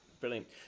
brilliant